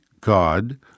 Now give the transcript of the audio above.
God